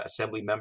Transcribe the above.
Assemblymember